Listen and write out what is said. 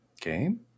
game